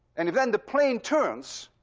and if then the plane turns,